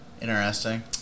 Interesting